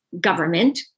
government